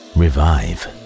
revive